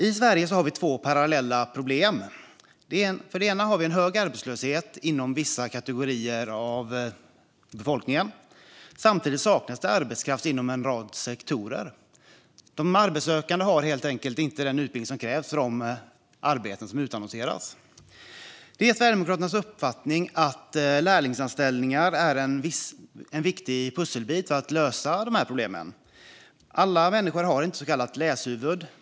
I Sverige har vi två parallella problem. Å ena sidan har vi en hög arbetslöshet inom vissa kategorier av befolkningen. Samtidigt saknas det å andra sidan arbetskraft inom en rad sektorer. De arbetssökande har helt enkelt inte den utbildning som krävs för de arbeten som utannonseras. Det är Sverigedemokraternas uppfattning att lärlingsanställningar är en viktig pusselbit för att lösa de här problemen. Alla människor har inte så kallat läshuvud.